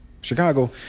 Chicago